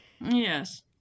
Yes